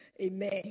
Amen